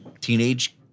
teenage